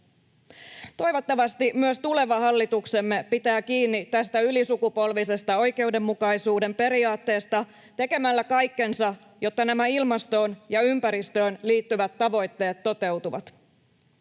Toivottavasti myös tuleva hallituksemme pitää kiinni tästä ylisukupolvisesta oikeudenmukaisuuden periaatteesta tekemällä kaikkensa, jotta nämä ilmastoon ja ympäristöön liittyvät tavoitteet toteutuvat.